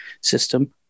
system